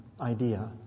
idea